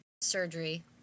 surgery